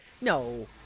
no